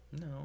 No